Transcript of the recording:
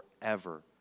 forever